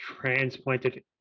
transplanted